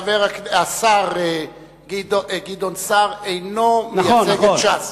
השר גדעון סער אינו מייצג את ש"ס.